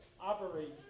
operates